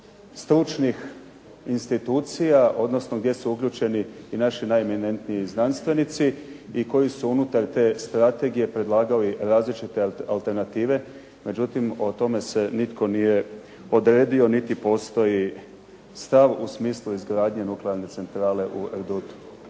stručnih institucija, odnosno gdje su uključeni i naši najeminentniji znanstvenici i koji su unutar te strategije predlagali različite alternative, međutim o tome se nitko nije odredio niti postoji stav u smislu izgradnje nuklearne centrale u Erdutu.